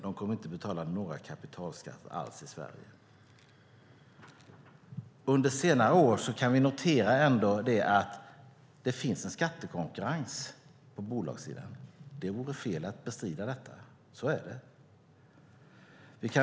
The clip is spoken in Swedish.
De kommer inte att betala några kapitalskatter alls i Sverige. Vi kan dock notera att det har funnits en skattekonkurrens på bolagssidan under senare år. Det vore fel att bestrida detta. Så är det.